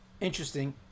interesting